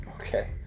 okay